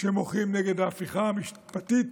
שמוחים נגד ההפיכה המשפטית